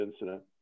incident